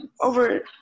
over